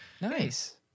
Nice